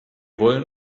wollen